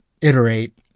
iterate